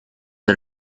the